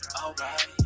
Alright